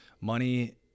Money